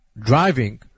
driving